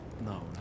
No